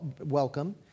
welcome